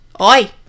Oi